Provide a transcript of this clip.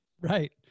right